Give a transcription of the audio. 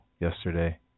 Yesterday